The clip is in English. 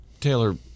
Taylor